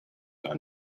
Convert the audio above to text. are